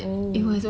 oh